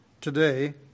today